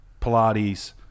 Pilates